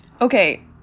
Okay